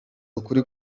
ukuri